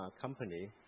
company